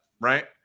Right